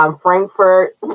Frankfurt